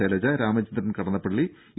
Shailaja Ramachandran Kadannappalli E